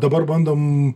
dabar bandom